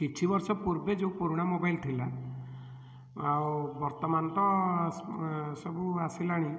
କିଛି ବର୍ଷ ପୂର୍ବେ ଯେଉଁ ପୁରୁଣା ମୋବାଇଲ୍ ଥିଲା ଆଉ ବର୍ତ୍ତମାନ ତ ସବୁ ଆସିଲାଣି